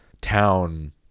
town